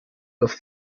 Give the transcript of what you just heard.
das